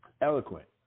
Eloquent